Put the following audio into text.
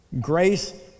grace